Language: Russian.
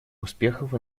успехов